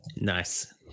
Nice